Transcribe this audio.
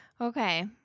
Okay